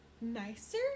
nicer